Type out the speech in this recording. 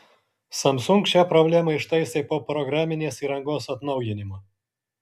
samsung šią problemą ištaisė po programinės įrangos atnaujinimo